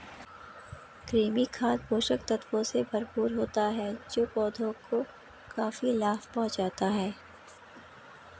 कृमि खाद पोषक तत्वों से भरपूर होता है जो पौधों को काफी लाभ पहुँचाता है